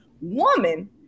woman